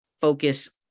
focus